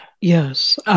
Yes